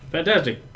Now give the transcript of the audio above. Fantastic